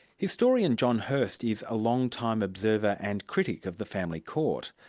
historian john hirst is a long-time observer and critic of the family court.